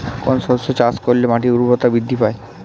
কোন শস্য চাষ করলে মাটির উর্বরতা বৃদ্ধি পায়?